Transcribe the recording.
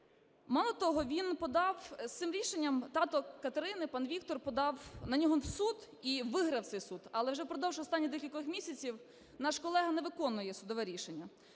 Мало того, він подав… Своїм рішенням тато Катерини пан Віктор подав на нього в суд і виграв цей суд. Але вже впродовж останніх декількох місяців наш колега не виконує судове рішення.